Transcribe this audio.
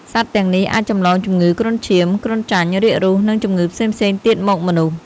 សត្វទាំងនេះអាចចម្លងជំងឺគ្រុនឈាម គ្រុនចាញ់ រាគរូស និងជំងឺផ្សេងៗទៀតមកមនុស្ស។